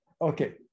Okay